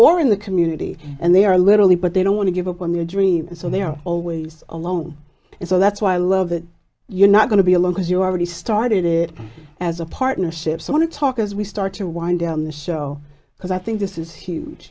or in the community and they are literally but they don't want to give up on their dream and so they are always alone and so that's why i love that you're not going to be alone because you're already started it as a partnership so want to talk as we start to wind down the show because i think this is huge